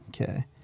Okay